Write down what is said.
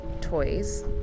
toys